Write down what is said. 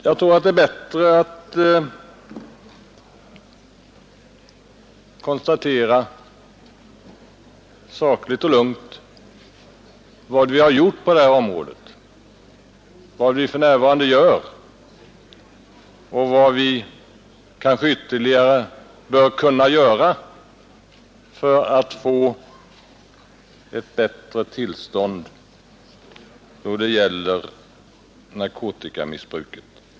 Jag tror att det är bättre att sakligt och lugnt konstatera vad vi har gjort på detta område, vad vi för närvarande gör och vad vi kanske ytterligare bör göra för att åstadkomma ett bättre tillstånd då det gäller narkotikamissbruket.